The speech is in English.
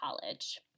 college